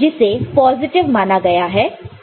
जिसे पॉजिटिव माना गया है